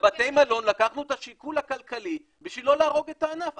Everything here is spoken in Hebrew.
בבתי מלון לקחנו את השיקול הכלכלי בשביל לא להרוג את הענף.